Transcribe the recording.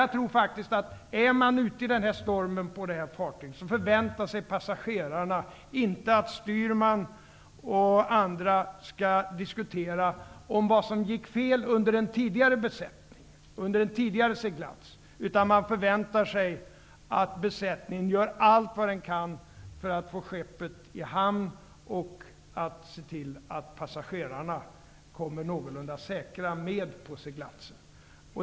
Jag tror att de passagerare som är ute i den här stormen på detta fartyg, inte förväntar sig att styrman och andra skall diskutera vad som gick fel under den tidigare besättningen under en tidigare seglats, utan de förväntar sig att besättningen gör allt vad den kan för att få skeppet i hamn och för att se till att passagerarna kommer någorlunda säkra med på seglatsen.